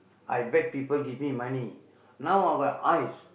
I beg people give me money now I got eyes